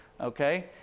okay